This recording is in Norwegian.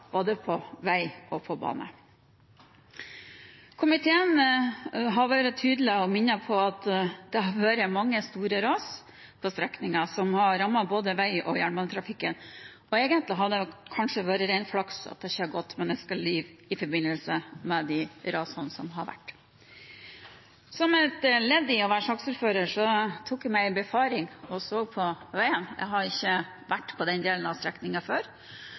på vei og på bane. Komiteen har vært tydelig og minnet om at det har vært mange store ras på strekningen som har rammet både vei- og jernbanetrafikken, og egentlig har det kanskje vært ren flaks at det ikke har gått menneskeliv i forbindelse med de rasene som har vært. Som et ledd i å være saksordfører tok jeg en befaring og så på veien. Jeg har ikke vært på den delen av strekningen før,